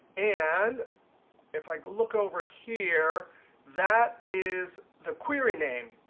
and if i look over here that is the query name,